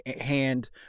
hand